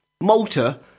Malta